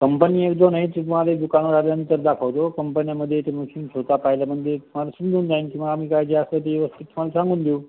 company एक दोन आहेत ते तुम्हाला दुकानावर आल्यानंतर दाखवतो कंपन्यांमध्ये तुम्ही मशीन स्वत पाहिल्या म्हणजे तुम्हाला समजून जाईल की बा आम्ही काय जे असेन ते व्यवस्थितपणे सांगून देऊ